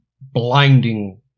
blinding